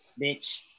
bitch